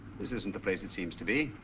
this isn't the place it seems to be.